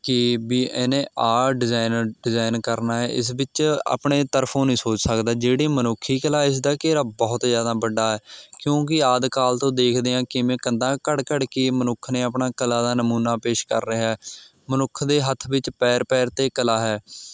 ਕਿ ਵੀ ਇਹਨੇ ਆਹ ਡਿਜ਼ਾਇਨ ਡਿਜ਼ਾਇਨ ਕਰਨਾ ਹੈ ਇਸ ਵਿੱਚ ਆਪਣੇ ਤਰਫੋਂ ਨਹੀਂ ਸੋਚ ਸਕਦਾ ਜਿਹੜੀ ਮਨੁੱਖੀ ਕਲਾ ਇਸ ਦਾ ਘੇਰਾ ਬਹੁਤ ਜ਼ਿਆਦਾ ਵੱਡਾ ਹੈ ਕਿਉਂਕਿ ਆਦਿ ਕਾਲ ਤੋਂ ਦੇਖਦੇ ਹਾਂ ਕਿਵੇਂ ਕੰਧਾਂ ਘੜ ਘੜ ਕੇ ਮਨੁੱਖ ਨੇ ਆਪਣਾ ਕਲਾ ਦਾ ਨਮੂਨਾ ਪੇਸ਼ ਕਰ ਰਿਹਾ ਮਨੁੱਖ ਦੇ ਹੱਥ ਵਿੱਚ ਪੈਰ ਪੈਰ 'ਤੇ ਕਲਾ ਹੈ